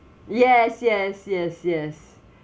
yes yes yes yes